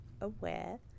aware